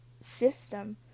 system